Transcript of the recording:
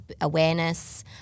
awareness –